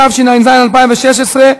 התשע"ז 2016,